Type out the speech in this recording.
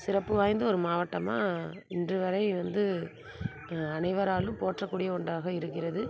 சிறப்பு வாய்ந்த ஒரு மாவட்டமாக இன்று வரை வந்து அனைவராலும் போற்றக்கூடிய ஒன்றாக இருக்கிறது